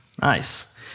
Nice